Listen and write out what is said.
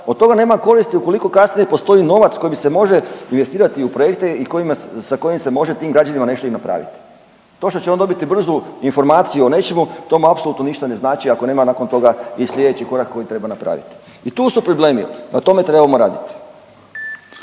od toga nema koristi ukoliko kasnije ne postoji novac kojim se može investirati u projekte i sa kojim se može tim građanima nešto i napraviti. To što će on dobiti brzu informaciju o nečemu to mu apsolutno ništa ne znači ako nema nakon toga i sljedeći korak koji treba napraviti. I tu su problemi. Prema tome, trebamo raditi.